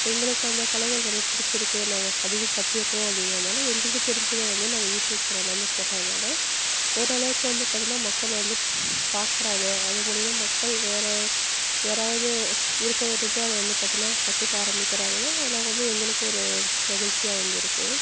எங்களுக்கு அந்த கலைகள் ரொம்ப பிடிச்சி இருக்குது நாங்கள் அதிகம் கற்றுக்குறோம் அப்படிங்குறதுனால எங்களுக்குத் தெரிஞ்சதை வந்து நாங்கள் யூடியூப் சேனலில் வந்து போட்டதுனால் ஓரளவுக்கு வந்து பார்த்தின்னா மக்கள் வந்து பார்க்குறாங்க அது மூலமா மக்கள் வேறு யாராவது விருப்பம் இருந்தால் அதை வந்து பார்த்தின்னா கற்றுக்க ஆரம்மிக்கிறாங்கன்னா அதில் வந்து எங்களுக்கு ஒரு மகிழ்ச்சியா வந்து இருக்கும்